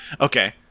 Okay